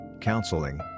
counseling